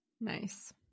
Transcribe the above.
Nice